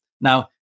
Now